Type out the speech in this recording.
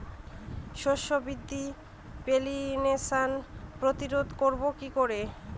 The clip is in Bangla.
শস্য বৃদ্ধির পলিনেশান প্রতিরোধ করব কি করে?